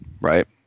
right